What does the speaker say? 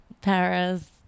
Paris